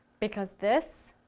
because this,